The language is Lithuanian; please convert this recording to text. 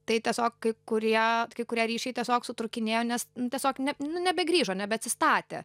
tai tiesiog kai kurie kai kurie ryšiai tiesiog sutrūkinėjo nes tiesiog ne nebegrįžo nebeatsistatė